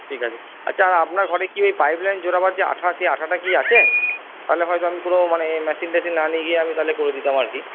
ঠিক আছে আচ্ছা আপনার ঘরে কি ওই পাইপ লাইন জোড়াবার যে আঠা সেই আঠাটা কি আছে তাহলে হয়তো আমি কোনো মানে মেশিন টেশিন না নিয়ে গিয়ে আমি তাহলে করে দিতাম আর কি